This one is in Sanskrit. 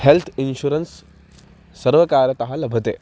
हेल्त् इन्शुरन्स् सर्वकारतः लभते